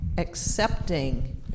accepting